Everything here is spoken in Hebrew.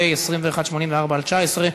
פ2184/19/.